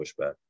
pushback